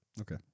Okay